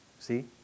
See